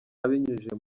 abinyujije